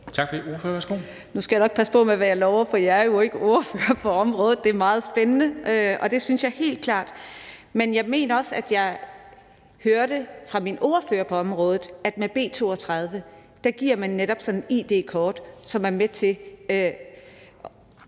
Nu skal jeg nok passe på med, hvad jeg lover, for jeg er jo ikke ordfører på området. Det er meget spændende, og det synes jeg helt klart, men jeg mener også, at jeg hørte fra min ordfører på området, at med B 32 giver man netop sådan et id-kort, som er med til